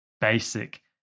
basic